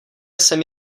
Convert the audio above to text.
jsem